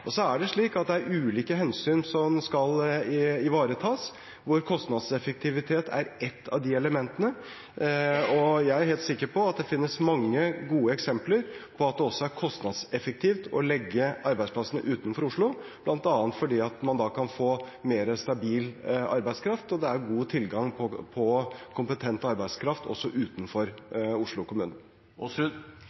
Så er det slik at det er ulike hensyn som skal ivaretas, hvor kostnadseffektivitet er ett av de elementene. Jeg er helt sikker på at det finnes mange gode eksempler på at det også er kostnadseffektivt å legge arbeidsplassene utenfor Oslo, bl.a. fordi man da kan få mer stabil arbeidskraft. Og det er god tilgang på kompetent arbeidskraft også utenfor Oslo kommune.